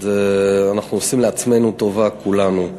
אנחנו עושים לעצמנו טובה, לכולנו.